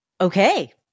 Okay